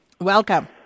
Welcome